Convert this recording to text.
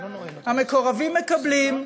המקורבים מקבלים,